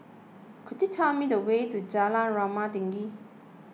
could you tell me the way to Jalan Rumah Tinggi